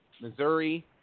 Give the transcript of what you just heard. Missouri